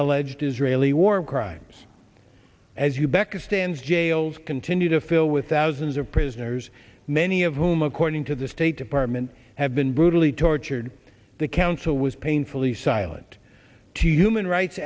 alleged israeli war crimes as you becca stands jails continue to fill with thousands of prisoners many of whom according to the state department have been brutally tortured the council was painfully silent to human rights